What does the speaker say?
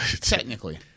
Technically